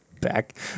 back